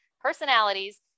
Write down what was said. personalities